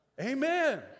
amen